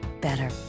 better